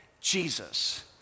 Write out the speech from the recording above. Jesus